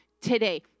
Today